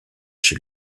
chez